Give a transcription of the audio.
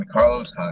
Carlos